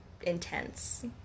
intense